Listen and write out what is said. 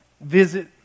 visit